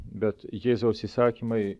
bet jėzaus įsakymai